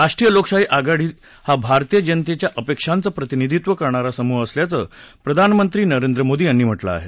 राष्ट्रीय लोकशाही आघाडी हा भारतीय जनतेच्या अपेक्षांचं प्रतिनिधित्व करणारा समूह असल्याचं प्रधानमंत्री नरेंद मोदी यांनी म्हटलं आहे